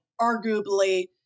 arguably